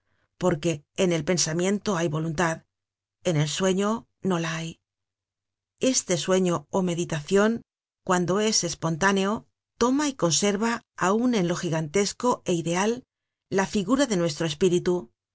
porque en el pensamiento hay voluntad en el sueño no la hay este sueño ó meditacion cuando es espontáneo toma y conserva aun en lo gigantesco é ideal la figura de nuestro espíritu